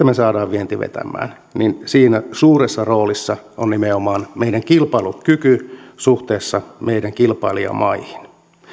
me saamme viennin vetämään siinä suuressa roolissa on nimenomaan meidän kilpailukykymme suhteessa meidän kilpailijamaihimme